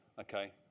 okay